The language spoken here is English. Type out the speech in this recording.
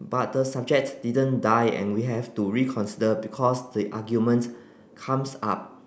but the subject didn't die and we have to reconsider because the argument comes up